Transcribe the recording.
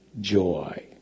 joy